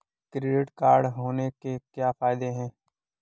Credit card होने के क्या फायदे हैं?